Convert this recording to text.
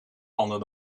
landen